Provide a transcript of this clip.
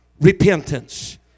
repentance